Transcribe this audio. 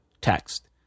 text